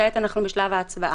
וכעת אנחנו בשלב ההצבעה.